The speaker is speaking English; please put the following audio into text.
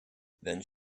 then